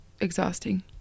exhausting